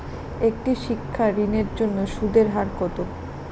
একটি শিক্ষা ঋণের জন্য সুদের হার কত?